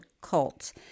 cult